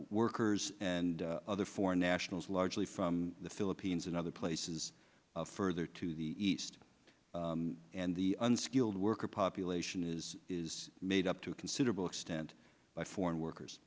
workers and other foreign nationals largely from the philippines and other places further to the east and the unskilled worker population is made up to a considerable extent by foreign workers